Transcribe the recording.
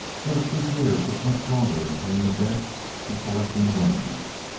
for the croupier took much longer in paying debts and collecting winnings,